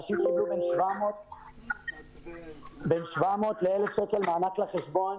אנשים קיבלו בין 700 ל-1,000 שקלים מענק לחשבון.